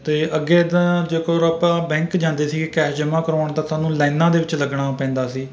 ਅਤੇ ਅੱਗੇ ਇੱਦਾਂ ਜੇਕਰ ਆਪਾਂ ਬੈਂਕ ਜਾਂਦੇ ਸੀਗੇ ਕੈਸ਼ ਜਮ੍ਹਾਂ ਕਰਵਾਉਣ ਤਾਂ ਸਾਨੂੰ ਲਾਈਨਾਂ ਦੇ ਵਿੱਚ ਲੱਗਣਾ ਪੈਂਦਾ ਸੀ